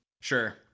Sure